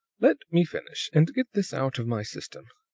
let me finish and get this out of my system.